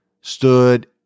stood